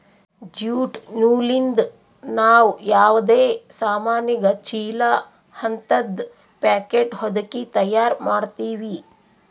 jute ನೂಲಿಂದ್ ನಾವ್ ಯಾವದೇ ಸಾಮಾನಿಗ ಚೀಲಾ ಹಂತದ್ ಪ್ಯಾಕೆಟ್ ಹೊದಕಿ ತಯಾರ್ ಮಾಡ್ತೀವಿ